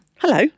Hello